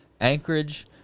Anchorage